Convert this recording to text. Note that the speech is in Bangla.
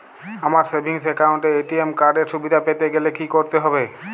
আমার সেভিংস একাউন্ট এ এ.টি.এম কার্ড এর সুবিধা পেতে গেলে কি করতে হবে?